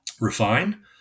refine